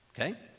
okay